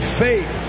faith